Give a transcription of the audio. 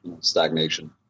stagnation